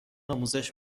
آموزش